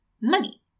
money